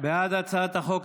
ההצעה להעביר